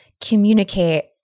communicate